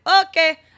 Okay